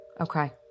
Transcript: Okay